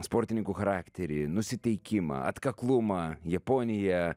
sportininkų charakterį nusiteikimą atkaklumą japoniją